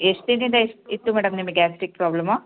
ಎಷ್ಟು ದಿನದಿಂದ ಇಸ್ ಇತ್ತು ಮೇಡಮ್ ನಿಮಗ್ ಗ್ಯಾಸ್ಟ್ರಿಕ್ ಪ್ರಾಬ್ಲಮು